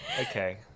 Okay